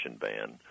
ban